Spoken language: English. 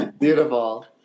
Beautiful